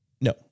No